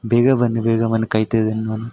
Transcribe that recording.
ಬೇಗ ಬನ್ನಿ ಬೇಗ ಬನ್ನಿ ಕಾಯ್ತಾ ಇದ್ದೀನಿ ನಾನು